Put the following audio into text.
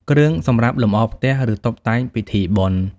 គ្រឿងសម្រាប់លម្អផ្ទះ ឬ តុបតែងពិធីបុណ្យ ។